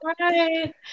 right